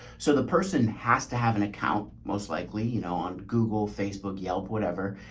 so the person has to have an account, most likely, you know, on google, facebook, yelp, whatever.